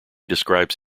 describes